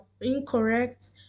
incorrect